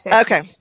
Okay